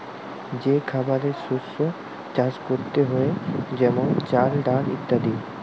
যে খাবারের শস্য চাষ করতে হয়ে যেমন চাল, ডাল ইত্যাদি